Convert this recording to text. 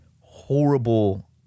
horrible